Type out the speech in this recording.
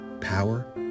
power